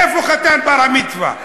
איפה חתן הבר-מצווה?